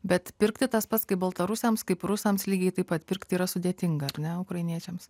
bet pirkti tas pats kaip baltarusiams kaip rusams lygiai taip pat pirkti yra sudėtinga ar ne ukrainiečiams